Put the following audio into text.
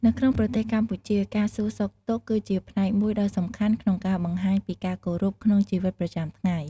នៅក្នុងប្រទេសកម្ពុជា ការសួរសុខទុក្ខគឺជាផ្នែកមួយដ៏សំខាន់ក្នុងការបង្ហាញពីការគោរពក្នុងជីវិតប្រចាំថ្ងៃ។